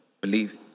Believe